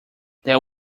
there